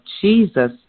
Jesus